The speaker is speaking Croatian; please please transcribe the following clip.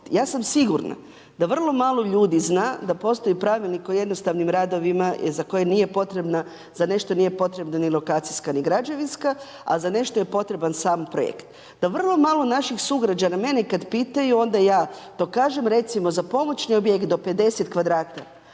Ja sam sigurna da vrlo malo ljudi zna da postoji pravilnik o jednostavnim radovima za koje nije potrebna, za nešto nije potrebna ni lokacijska ni građevinska a za nešto je potreban sam projekt. Da vrlo malo naših sugrađana, mene kad pitaju onda ja to kažem, recimo za pomoć, na objekt do 50 kvadrata,